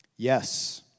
Yes